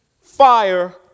fire